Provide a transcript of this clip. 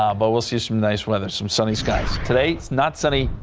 ah but we'll see some nice weather. some sunny skies. today it's not sunny.